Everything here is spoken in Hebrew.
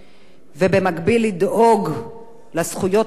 ובמקביל לדאוג לזכויות הללו,